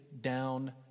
down